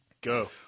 go